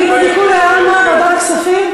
אליבא דכולי עלמא ועדת הכספים?